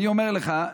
אני אומר לך,